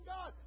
God